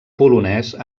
polonès